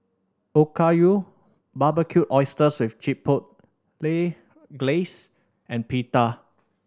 Okayu Barbecued Oysters with Chipotle Glaze and Pita